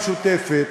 בשם הרשימה המשותפת,